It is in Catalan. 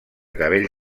cabell